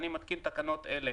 אני מתקין תקנות אלה: